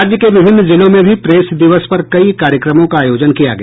राज्य के विभिन्न जिलों में भी प्रेस दिवस पर कई कार्यक्रमों का आयोजन किया गया